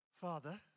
Father